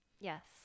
Yes